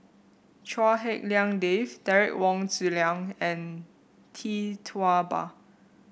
Chua Hak Lien Dave Derek Wong Zi Liang and Tee Tua Ba